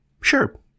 sure